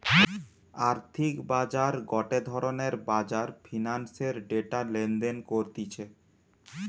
আর্থিক বাজার গটে ধরণের বাজার ফিন্যান্সের ডেটা লেনদেন করতিছে